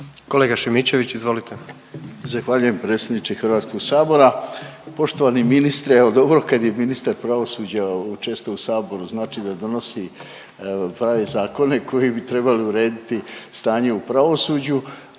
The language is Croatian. **Šimičević, Rade (HDZ)** Zahvaljujem predsjedniče Hrvatskog sabora. Poštovani ministre, evo dobro kad je ministar pravosuđa često u saboru znači da donosi prave zakone koji bi trebali urediti stanje u pravosuđu,